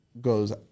goes